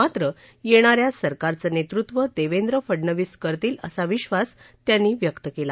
मात्र येणाऱ्या सरकारचं नेतृत्व देवेंद्र फडनवीस करतील असा विक्षास त्यांनी व्यक्त केला